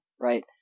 right